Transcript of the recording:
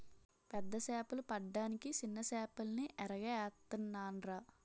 పెద్ద సేపలు పడ్డానికి సిన్న సేపల్ని ఎరగా ఏత్తనాన్రా